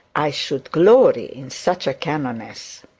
i should glory in such a canoness